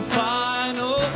final